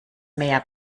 mehr